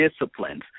disciplines